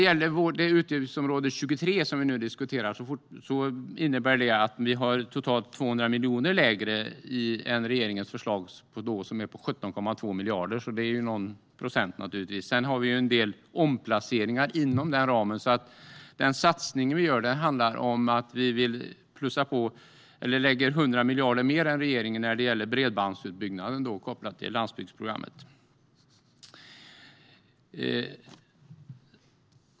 På utgiftsområde 23 som vi nu diskuterar ligger vårt budgetförslag 200 miljoner lägre än regeringens förslag, som är på 17,2 miljarder. Sedan har vi en del omplaceringar inom budgetramen. Med de satsningar som vi gör handlar det om att vi lägger 100 miljarder mer än regeringen på bredbandsutbyggnaden kopplat till landsbygdsprogrammet.